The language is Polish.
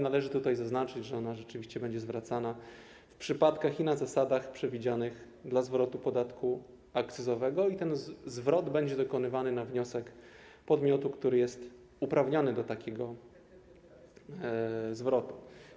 Należy tutaj zaznaczyć, że ona rzeczywiście będzie zwracana w przypadkach i na zasadach przewidzianych dla zwrotu podatku akcyzowego i ten zwrot będzie dokonywany na wniosek podmiotu, który jest uprawniony do takiego zwrotu.